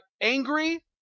angry